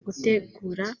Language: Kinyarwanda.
gutegura